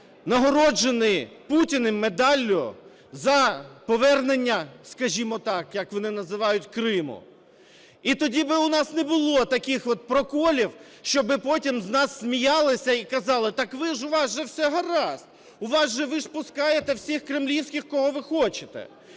нагороджений Путіним медаллю за повернення, скажімо так, як вони називають, Криму. І тоді би в нас не було таких от проколів, щоби потім з нас сміялися і казали, так ви ж, у вас же все гаразд, у вас же, ви ж пускаєте всіх кремлівських, кого ви хочете.